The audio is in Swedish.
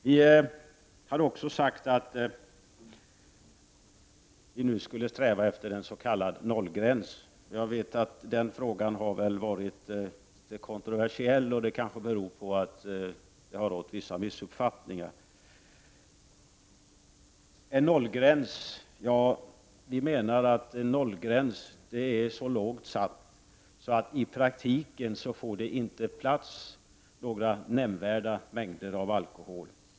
Vi har också sagt att vi nu skulle sträva efter en s.k. nollgräns. Jag vet att den frågan har varit kontroversiell, och det kanske beror på att det har rått vissa missuppfattningar. Med en nollgräns menar vi en gräns som är så lågt satt att det i praktiken inte ges utrymme för några nämnvärda mängder av alkohol.